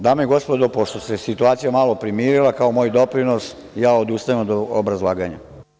Dame i gospodo, pošto se situacija malo primirila, kao moj doprinos, odustajem od obrazlaganja.